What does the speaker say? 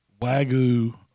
Wagyu